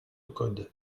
code